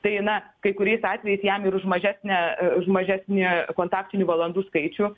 tai na kai kuriais atvejais jam ir už mažesnę už mažesnį kontaktinių valandų skaičių